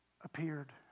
appeared